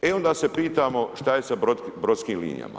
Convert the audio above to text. E, onda se pitamo šta je sa brodskim linijama?